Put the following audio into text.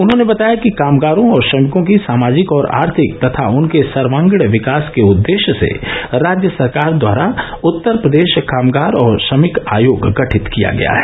उन्होंने बताया कि कामगारों और श्रमिकों की सामाजिक और आर्थिक तथा उनके सर्वांगीण विकास के उद्देश्य से राज्य सरकार द्वारा उत्तर प्रदेश कामगार और श्रमिक आयोग गठित किया गया है